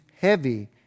heavy